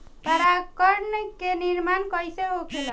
पराग कण क निर्माण कइसे होखेला?